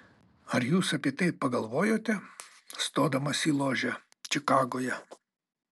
ar jūs apie tai pagalvojote stodamas į ložę čikagoje